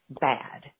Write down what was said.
bad